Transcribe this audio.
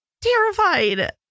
terrified